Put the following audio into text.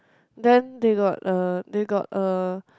then they got uh they got a